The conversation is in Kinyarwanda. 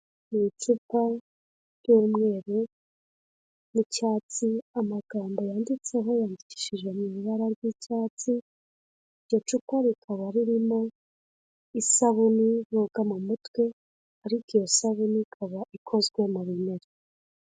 Icupa ry'umweru n'icyatsi amagambo yanditseho yandikishije mu ibara ry'icyatsi, iryo cupa rikaba ririmo isabune yogwa mu mutwe, ariko iyo sabune ikaba ikozwe mu bimera.